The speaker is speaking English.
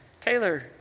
Taylor